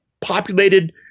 populated